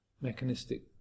mechanistic